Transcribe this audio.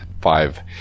five